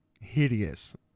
hideous